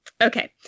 Okay